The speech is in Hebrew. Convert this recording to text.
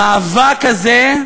המאבק הזה,